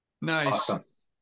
Nice